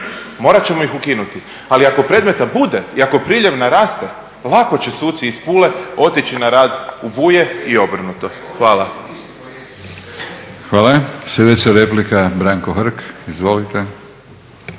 morat ćemo ih ukinuti. Ali ako predmeta bude i ako priljev naraste, lako će suci iz Pule otići na rad u Buje i obrnuto. Hvala. **Batinić, Milorad (HNS)** Hvala. Sljedeća replika, Branko Hrg. Izvolite.